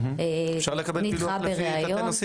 נדחה בריאיון.